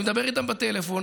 אני מדבר איתם בטלפון,